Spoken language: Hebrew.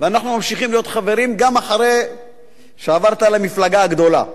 ואנחנו ממשיכים להיות חברים גם אחרי שעברת למפלגה הגדולה.